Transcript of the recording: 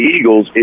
Eagles